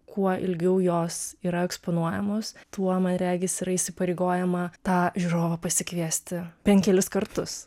kuo ilgiau jos yra eksponuojamos tuo man regis yra įsipareigojama tą žiūrovą pasikviesti bent kelis kartus